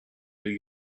new